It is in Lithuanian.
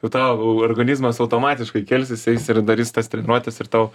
tau organizmas automatiškai kelsis eis ir darys tas treniruotes ir tau